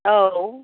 औ